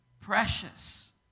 precious